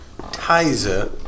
Tizer